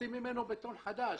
עושים ממנו בטון חדש.